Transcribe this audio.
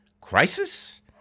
Crisis